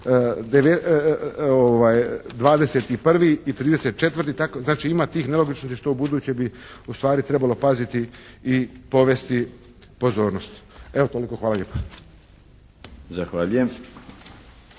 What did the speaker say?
21. i 34. Znači ima tih nelogičnosti što ubuduće bi ustvari trebalo paziti i povesti pozornost. Evo toliko. Hvala lijepa. **Milinović,